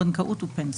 בנקאות ופנסיה,